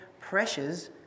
pressures